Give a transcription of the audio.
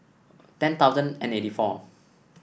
ten thousand and eighty four